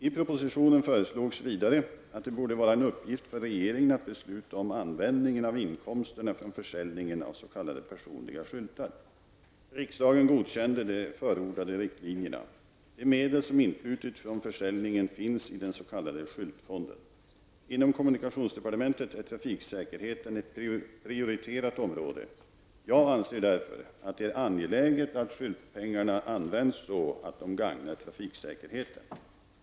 I propositionen föreslogs vidare att det borde vara en uppgift för regeringen att besluta om användningen av inkomsterna från försäljningen av s.k. personliga skyltar. Riksdagen godkände de förordade riktlinjerna. De medel som influtit från försäljningen finns i den s.k. skyltfonden. Inom kommunikationsdepartementet är trafiksäkerheten ett prioriterat område. Jag anser därför att det är angeläget att ''skyltpengarna'' används så att de gagnar trafiksäkerheten.